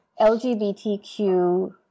LGBTQ